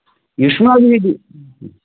विस्मरणम् इति